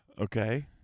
Okay